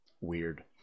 weird